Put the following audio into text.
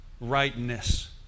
Rightness